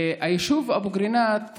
היישוב אבו קרינאת,